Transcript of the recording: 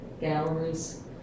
galleries